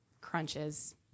crunches